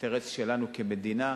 אינטרס שלנו, כמדינה.